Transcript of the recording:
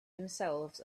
themselves